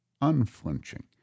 unflinching